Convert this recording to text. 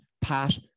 pat